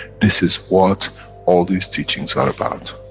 this is what all these teachings are about.